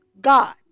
God